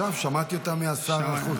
עכשיו שמעתי אותה משר החוץ.